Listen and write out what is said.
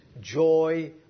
joy